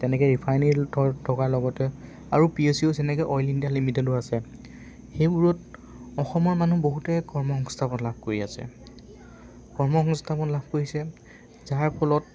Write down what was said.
তেনেকৈ ৰিফাইনেৰি থকাৰ লগতে আৰু পি এছ ইউজ যেনেকৈ অইল ইণ্ডিয়া লিমিটেডো আছে সেইবোৰত অসমৰ মানুহ বহুতে কৰ্ম সংস্থাপন লাভ কৰি আছে কৰ্ম সংস্থাপন লাভ কৰিছে যাৰ ফলত